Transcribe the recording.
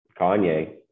kanye